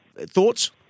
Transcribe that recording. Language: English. Thoughts